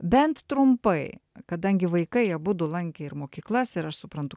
bent trumpai kadangi vaikai abudu lankė ir mokyklas ir aš suprantu